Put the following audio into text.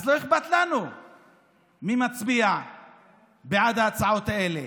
אז לא אכפת לנו מי מצביע בעד ההצעות האלה,